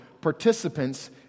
participants